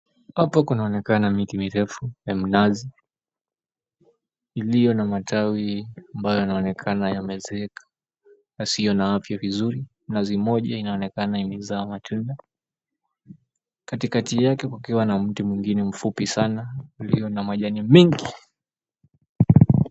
Hapa kunaonekana miti mirefu ya minazi iliyo na matawi ambayo yanaonekana yamezeeka yasiyo na afya vizuri. Mnazi mmoja unaonekana imezaa matunda, katikati yake kukiwa na mti mwingine mfupi sana ulio na majani mingi.